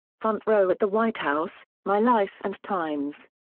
front row at the white house my life and times.